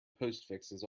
postfixes